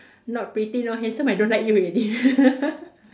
not pretty not handsome I don't like you already